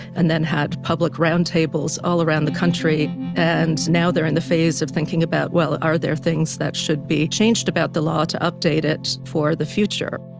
and then had public round tables all around the country and now they're in the phase of thinking about, well, are there things that should be changed about the law to update it for the future?